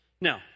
Now